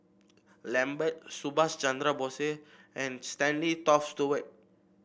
Lambert Subhas Chandra Bose and Stanley Toft Stewart